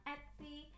Etsy